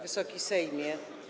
Wysoki Sejmie!